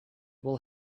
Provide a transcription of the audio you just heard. will